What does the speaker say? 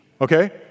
okay